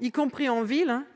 y compris en ville-